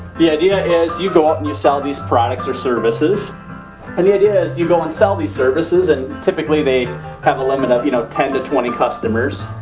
the idea is you go out and you sell these products or services and the idea is you go and sell these services and typically, they have a limit up you know ten to twenty customers.